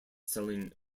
selling